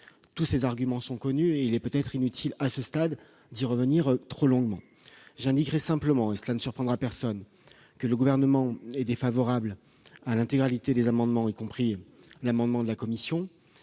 Tous ces arguments sont connus et il est peut-être inutile d'y revenir trop longuement à ce stade. Je veux simplement indiquer, et cela ne surprendra personne, que le Gouvernement est défavorable à l'intégralité des amendements, y compris à celui de la commission.